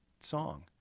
song